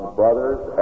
brothers